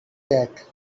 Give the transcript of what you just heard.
that